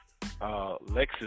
Lexus